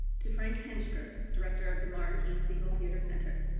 to frank hentschker, director of the martin e. segal theater center,